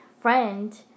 friend